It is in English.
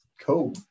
Cool